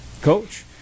coach